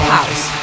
House